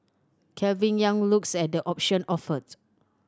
Calvin Yang looks at the option offered